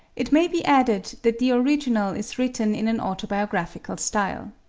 it may be added that the original is written in an autobiographical style.